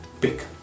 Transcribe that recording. pick